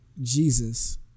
Jesus